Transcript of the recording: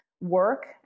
work